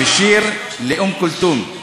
זה שיר לאום כולתום.